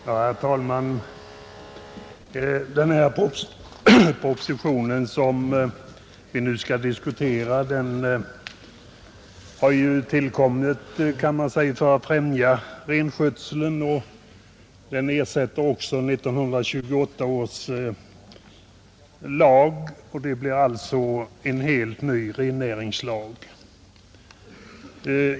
Herr talman! Den proposition vi nu skall diskutera har, kan man säga, tillkommit för att främja renskötseln, Det blir en helt ny rennäringslag som ersätter 1928 års lag.